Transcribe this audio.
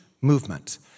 movement